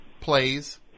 plays